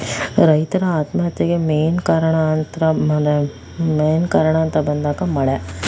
ರೈತನ ಆತ್ಮಹತ್ಯೆಗೆ ಮೇನ್ ಕಾರಣ ಅಂತ ಬನೆ ಮೇನ್ ಕಾರಣ ಅಂತ ಬಂದಾಗ ಮಳೆ